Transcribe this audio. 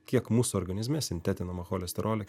kiek mūsų organizme sintetinama cholesterolio